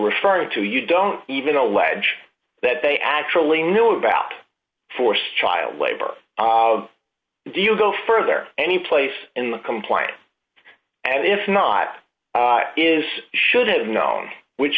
referring to you don't even allege that they actually knew about forced child labor do you go further anyplace in the compliance and if not is should have known which